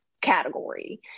category